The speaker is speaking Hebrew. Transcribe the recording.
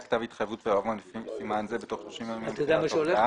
כתב התחייבות ועירבון לפי סימן זה בתוך 30 ימים מיום מסירת ההודעה,